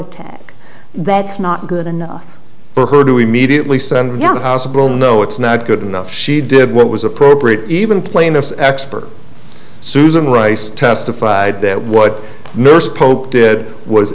attack that's not good enough for her to immediately send your house a bone no it's not good enough she did what was appropriate even plaintiff's expert susan rice testified that what nurse pope did was